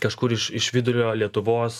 kažkur iš iš vidurio lietuvos